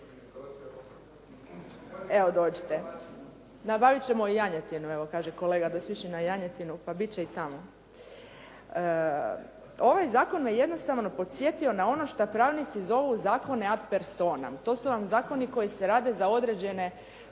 Evo dođite. Nabavit ćemo i janjetinu evo kaže kolega da sliči na janjetinu, pa bit će i tamo. Ovaj zakon me jednostavno podsjetio na ono šta pravnici zovu zakone ad persona. To su vam zakoni koji se radi za određene